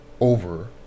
over